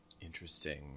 Interesting